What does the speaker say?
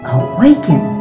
awaken